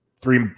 three